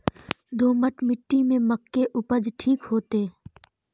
दोमट मिट्टी में मक्के उपज ठीक होते?